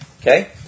okay